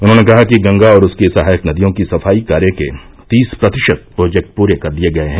उन्होंने कहा कि गंगा और उसकी सहायके नदियों की सफाई कार्य के तीस प्रतिशत प्रोजेक्ट पूरे कर लिये गये हैं